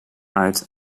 uit